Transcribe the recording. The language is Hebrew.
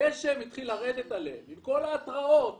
גשם התחיל לרדת עליהם, יחד עם כל ההתרעות